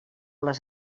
les